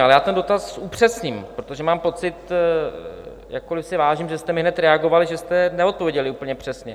Ale já ten dotaz upřesním, protože mám pocit, jakkoli si vážím, že jste mi hned reagovali, že jste neodpověděli úplně přesně.